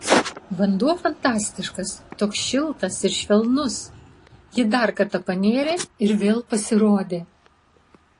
vanduo fantastiškas toks šiltas ir švelnus ji dar kartą panėrė ir vėl pasirodė